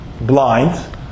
blind